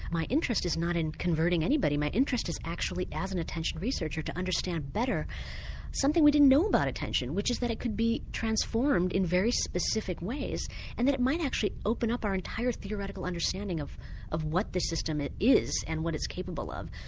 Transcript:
my interest is not in converting anybody, my interest is actually as an attention researcher to understand better something we didn't know about attention, which is that it could be transformed in very specific ways and that it might actually open up our entire theoretical understanding of of what the system is and what it's capable of.